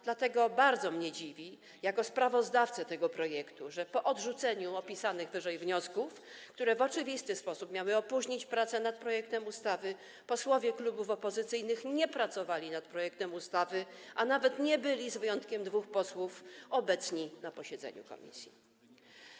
Dlatego bardzo mnie dziwi, jako sprawozdawcę tego projektu, że po odrzuceniu opisanych wyżej wniosków, które w oczywisty sposób miały opóźnić pracę nad projektem ustawy, posłowie klubów opozycyjnych nie pracowali nad projektem ustawy, a nawet nie byli, z wyjątkiem dwóch posłów, obecni na posiedzeniu komisji.